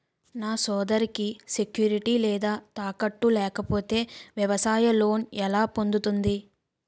నా సోదరికి సెక్యూరిటీ లేదా తాకట్టు లేకపోతే వ్యవసాయ లోన్ ఎలా పొందుతుంది?